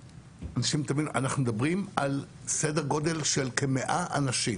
אנחנו מדברים על סדר גודל של כ-100 אנשים,